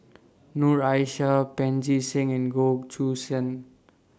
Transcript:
Noor Aishah Pancy Seng and Goh Choo San